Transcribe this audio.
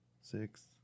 six